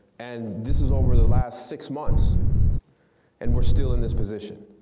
and this is over the last six months and we're still in this position.